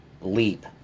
leap